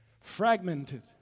Fragmented